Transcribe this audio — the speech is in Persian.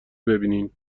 ببینینبازم